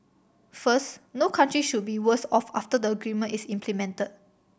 first no country should be worse off after the agreement is implemented